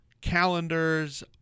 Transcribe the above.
calendars